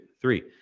three